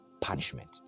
punishment